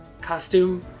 costume